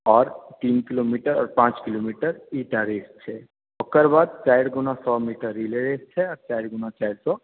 और तीन किलोमीटर और पाँच किलोमीटर ई टा रेस छै ओकरबाद चारि गुना सए मीटर रिले रेस छै आओर चारि गुना चारि सए